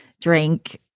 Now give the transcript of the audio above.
drink